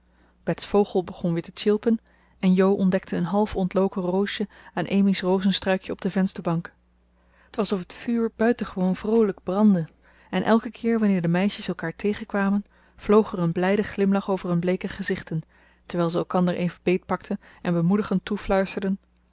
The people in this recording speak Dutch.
vogel begon weer te tjilpen en jo ontdekte een half ontloken roosje aan amy's rozenstruikje op de vensterbank t was of het vuur buitengewoon vroolijk brandde en elken keer wanneer de meisjes elkaar tegenkwamen vloog er een blijde glimlach over hun bleeke gezichten terwijl ze elkander even beetpakten en bemoedigend toefluisterden